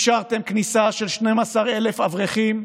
אפשרתם כניסה של 12,000 אברכים.